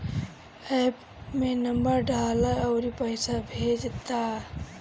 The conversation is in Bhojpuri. एप्प में नंबर डालअ अउरी पईसा भेज दअ